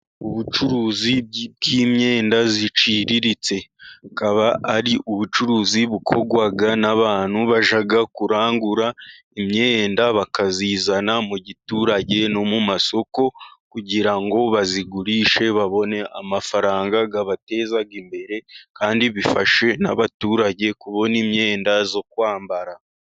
Ubucuruzi bw'imyenda iciriritse, bukaba ari ubucuruzi bukorwa n'abantu bajya kurangura imyenda bakayizana mu giturage no mu masoko, kugira ngo bayigurishe babone amafaranga yabateza imbere kandi bifashe n'abaturage kubona imyenda yo kwambara.